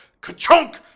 ka-chunk